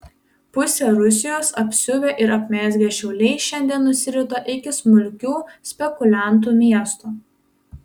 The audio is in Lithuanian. pusę rusijos apsiuvę ir apmezgę šiauliai šiandien nusirito iki smulkių spekuliantų miesto